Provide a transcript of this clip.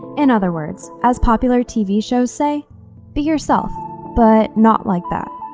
in other words, as popular tv shows say be yourself but not like that.